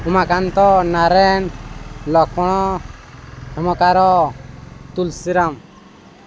Himakanta Narayan Laxman Himkar Tulsiram